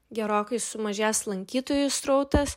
gerokai sumažės lankytojų srautas